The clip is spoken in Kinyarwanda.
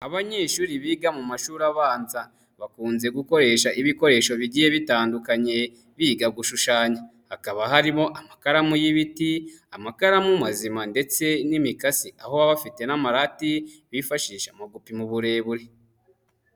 Abanyeshuri biga mu mashuri abanza bakunze gukoresha ibikoresho bigiye bitandukanye biga gushushanya, hakaba harimo amakaramu y'ibiti, amakaramu mazima ndetse n'imikasi aho baba bafite n'amarati bifashisha mu gupima uburebure.